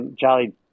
Jolly